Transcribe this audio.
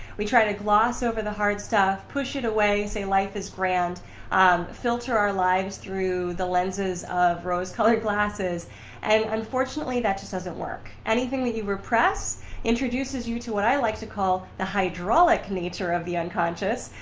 we try to gloss over the hard stuff, push it away, say life is grand filter our lives through the lenses of rose-colored glasses and unfortunately that just doesn't work. anything that you repress introduces you to what i like to call, the hydraulic nature of the unconscious,